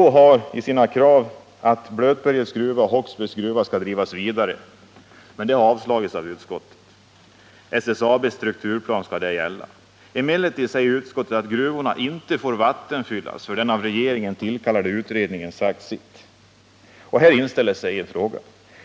Vpk har i sina krav att Blötbergets gruva och Håksbergs gruva skall drivas vidare, men detta har avstyrkts av utskottet. SSAB:s strukturplan skall där gälla. Emellertid säger utskottet att gruvorna inte får vattenfyllas förrän den av regeringen tillkallade utredningen sagt sitt. Här inställer sig en fråga: